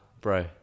bro